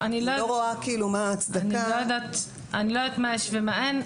אני לא יודעת מה יש ומה אין.